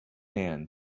man